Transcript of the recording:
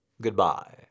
Goodbye